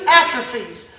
atrophies